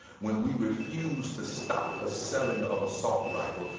when we refuse to stop the selling of assault rifles,